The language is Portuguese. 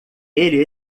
ele